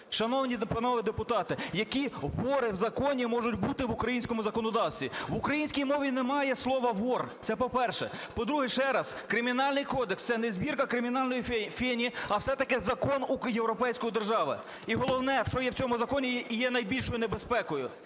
Шановні панове депутати, які "вори в законі" можуть бути в українському законодавстві? В українській мові немає слова "вор", це по-перше. По-друге, ще раз: Кримінальний кодекс – це не збірка кримінальної "фені", а все-таки закон європейської держави. І головне, що є в цьому законі, є найбільшою небезпекою.